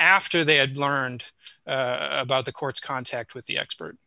after they had learned about the court's contact with the expert